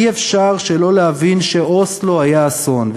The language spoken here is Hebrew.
אי-אפשר שלא להבין שאוסלו היה אסון,